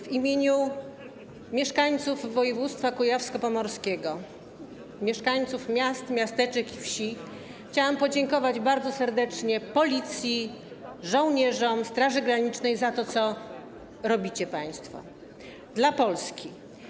W imieniu mieszkańców województwa kujawsko-pomorskiego, mieszkańców miast, miasteczek i wsi, chciałam podziękować bardzo serdecznie Policji, żołnierzom, Straży Granicznej za to, co robią dla Polski.